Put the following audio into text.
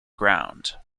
ground